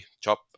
chop